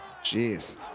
Jeez